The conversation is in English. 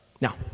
Now